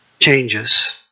Changes